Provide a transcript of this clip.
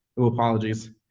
ah apologies,